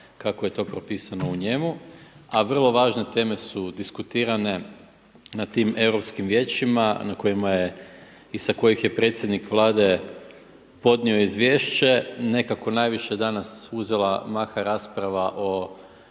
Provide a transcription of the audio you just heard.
kako je to propisano u njemu. A vrlo važne teme su diskutirane na tim europskim vijećima na kojima je i sa kojih je predsjednik Vlade podnio izvješće nekako najviše danas, uzela maha rasprava o